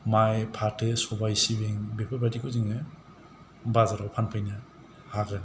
माइ फाथो सबाय सिबिं बेफोर बायदिखौ जोङो बाजाराव फानफैनो हागोन